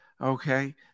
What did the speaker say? Okay